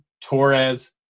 Torres